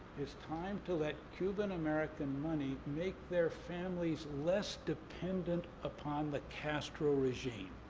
it's time to let cuban american money make their families less dependent upon the castro regime.